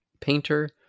painter